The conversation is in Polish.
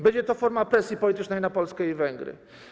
Będzie to forma presji politycznej na Polskę i Węgry.